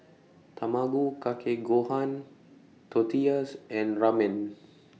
Tamago Kake Gohan Tortillas and Ramen